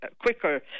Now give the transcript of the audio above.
quicker